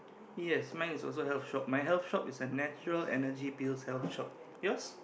yes mine is also a health shop my health shop is a natural Energy Pills health shop